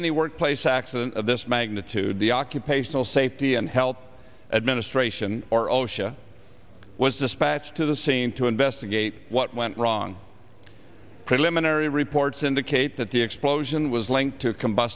any workplace accident of this magnitude the occupational safety and health administration or osha was dispatched to the scene to investigate what went wrong preliminary reports indicate that the explosion was linked to com